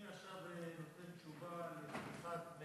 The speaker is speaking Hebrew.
אני עכשיו נותן תשובה לחרדים,